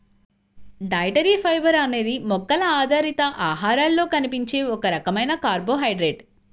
dietary fibre అనేది మొక్కల ఆధారిత ఆహారాలలో కనిపించే ఒక రకమైన కార్బోహైడ్రేట్